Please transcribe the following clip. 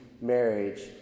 marriage